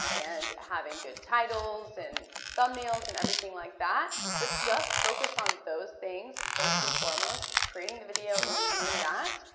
and having good titles, and thumbnails, and everything like that. but just focus on those things first and foremost, creating the video and doing that,